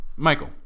Michael